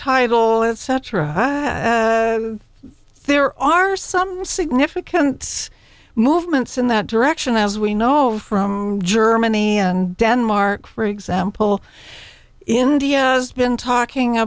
it cetera there are some significant movements in that direction as we know from germany and denmark for example india has been talking